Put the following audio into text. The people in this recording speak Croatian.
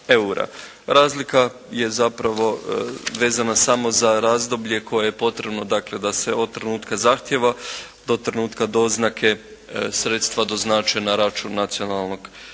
Razlika je zapravo vezana samo za razdoblje koje je potrebno dakle da se od trenutka zahtjeva do trenutka doznake sredstva doznače na račun nacionalnog fonda.